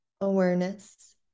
awareness